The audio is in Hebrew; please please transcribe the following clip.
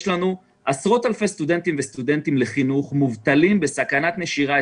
יש לנו עשרות אלפי סטודנטים לחינוך שהם מובטלים ובסכנת נשירה.